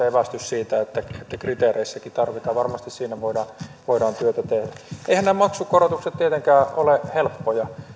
evästys siitä että kriteereissäkin tarvitaan varmasti siinä voidaan työtä tehdä eiväthän nämä maksun korotukset tietenkään ole helppoja